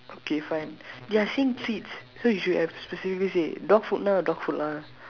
okay fine they are saying treats so you should have specifically said dog food lah dog food lah